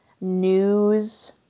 news